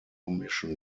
mission